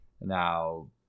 Now